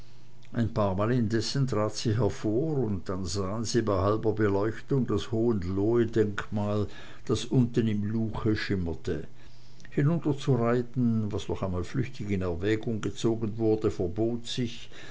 ein paarmal indessen trat sie hervor und dann sahen sie bei halber beleuchtung das hohenlohedenkmal das unten im luche schimmerte hinunterzureiten was noch einmal flüchtig in erwägung gezogen wurde verbot sich